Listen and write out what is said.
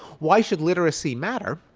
why should literacy matter?